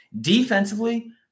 Defensively